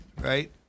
right